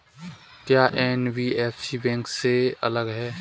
क्या NBFC bank से अलग है?